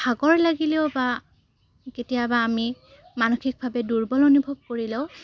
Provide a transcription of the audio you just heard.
ভাগৰ লাগিলেও বা কেতিয়াবা আমি মানসিকভাৱে দুৰ্বল অনুভৱ কৰিলেও